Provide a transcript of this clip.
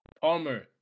Palmer